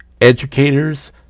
educators